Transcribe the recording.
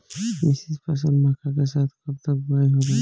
मिश्रित फसल मक्का के साथ कब तक बुआई होला?